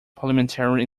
parliamentary